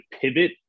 pivot